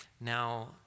Now